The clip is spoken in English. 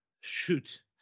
shoot